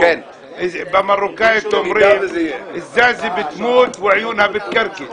במרוקנית אומרים א-זאזי בתמות ועיונהא בתקרקס.